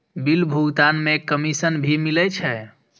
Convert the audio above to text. Bill भुगतान में commission भी मिले छै?